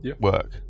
work